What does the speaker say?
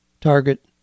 Target